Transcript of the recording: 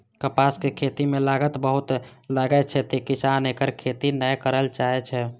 कपासक खेती मे लागत बहुत लागै छै, तें किसान एकर खेती नै करय चाहै छै